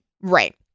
Right